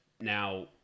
Now